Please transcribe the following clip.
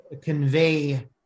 convey